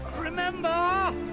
Remember